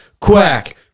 quack